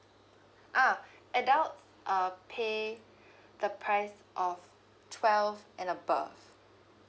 ah adult uh pay the price of twelve and above